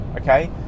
Okay